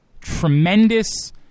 tremendous